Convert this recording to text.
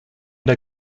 der